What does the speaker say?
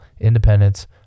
independence